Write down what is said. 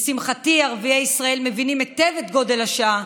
לשמחתי, ערביי ישראל מבינים היטב את גודל השעה.